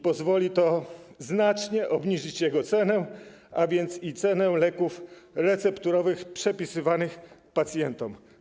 Pozwoli to znacznie obniżyć jego cenę, a więc i cenę leków recepturowych przepisywanych pacjentom.